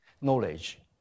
knowledge